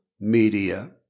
media